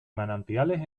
manantiales